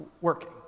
working